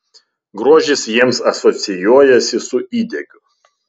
grožis jiems asocijuojasi su įdegiu